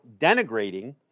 denigrating